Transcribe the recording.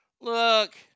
Look